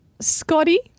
Scotty